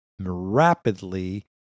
rapidly